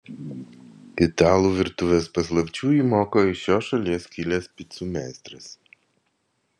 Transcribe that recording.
italų virtuvės paslapčių jį moko iš šios šalies kilęs picų meistras